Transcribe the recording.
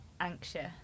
anxious